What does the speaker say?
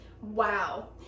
Wow